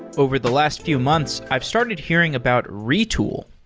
over the last few months, i've started hearing about retool.